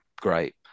Great